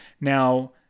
Now